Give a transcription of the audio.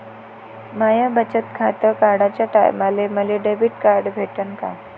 माय बचत खातं काढाच्या टायमाले मले डेबिट कार्ड भेटन का?